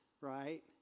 right